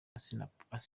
assinapol